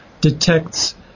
detects